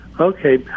okay